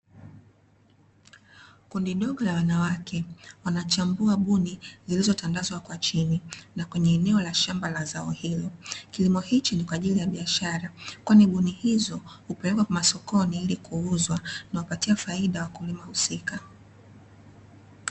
Kundi dogo la wanawake wanachambua buni zilizotandazwa kwa chini na kwenye eneo la shamba la zao hilo. Kilimo hichi ni kwa ajili ya biashara kwani buni hizo hupelekwa masokoni ili kuuzwa na hupatia faida wakulima husika.